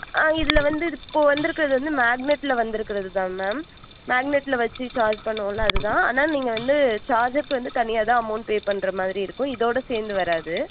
ஆ இதில் வந்து இப்போது வந்துருக்கிறது வந்து மேக்னெட்டில் வந்துருக்கிறது தான் மேம் மேக்னெடில் வச்சு சார்ஜ் பண்ணுவோம்ல அது தான் ஆனால் நீங்கள் வந்து சார்ஜருக்கு வந்து தனியாக தான் அமௌண்ட் பே பண்ற மாதிரி இருக்கும் இதோட சேர்ந்து வராது